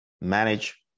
manage